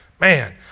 man